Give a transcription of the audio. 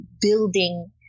building